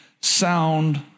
sound